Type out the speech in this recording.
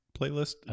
playlist